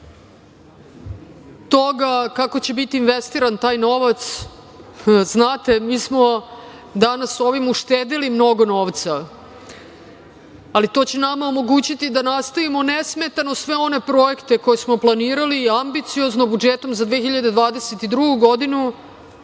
toga kako će biti investiran taj novac, znate, mi smo danas ovim uštedeli mnogo novca, ali to će nama omogućiti da nastavimo nesmetano sve one projekte koje smo planirali i ambiciozno budžetom za 2022. godinu